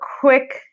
quick